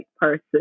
person